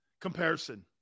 comparison